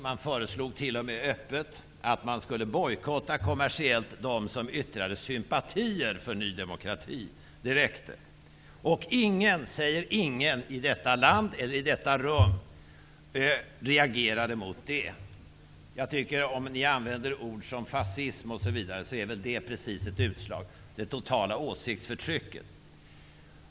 Man föreslog t.o.m. öppet att de som yttrade sympatier för Ny demokrati skulle bojkottas kommersiellt. Det räckte. Ingen i detta land eller i detta rum reagerade mot det. Om ni använder ord som fascism osv., är det precis ett utslag av det totala åsiktsförtrycket.